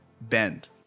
bend